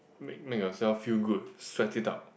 make make yourself feel good sweat it out